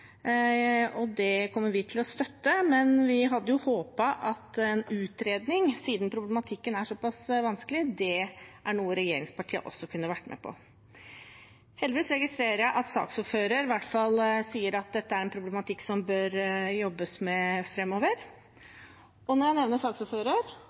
og det kommer vi til å støtte. Siden problematikken er såpass vanskelig, hadde vi håpet at en utredning var noe regjeringspartiene også kunne vært med på. Heldigvis registrerer jeg at saksordføreren sier at dette er en problematikk som det bør jobbes med